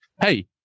hey